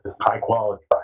high-quality